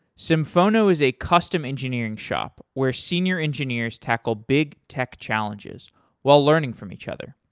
symphono is a custom engineering shop where senior engineers tackle big tech challenges while learning from each other.